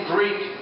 Greek